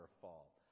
fall